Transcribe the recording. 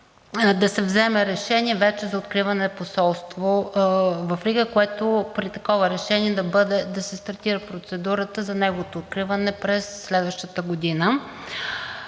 да се вземе решение вече за откриване посолство в Рига, като при такова решение да се стартира процедурата за неговото откриване през следващата година.